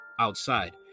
outside